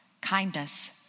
kindness